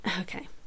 okay